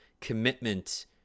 commitment